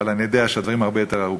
אבל אני יודע שהדברים הרבה יותר ארוכים.